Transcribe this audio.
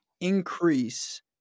increase